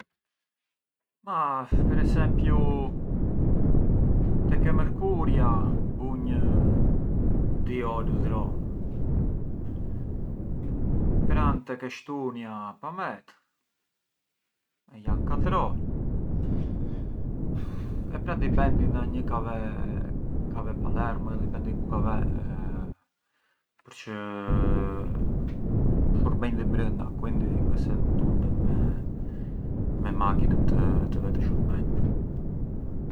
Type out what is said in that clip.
Ma per esempiu tek e mërkuria bunj dy orë dhrom, pran tek e shtunia pamet e jan katër orë e pra dipendi na një ka ve Palerm o dipendi ku ka vete, përçë shurbenj di brënda quindi ngë se tundem me makinën të vete shurbenj.